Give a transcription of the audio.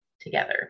together